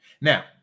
Now